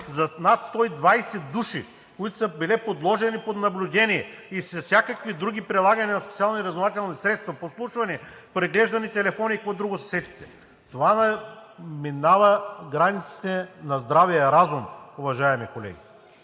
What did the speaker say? за над 120 души, които са били подложени под наблюдение, с прилагане на всякакви други специални разузнавателни средства – подслушване, преглеждане на телефони и каквото друго се сетите. Това минава границите на здравия разум, уважаеми колеги.